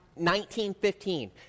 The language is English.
1915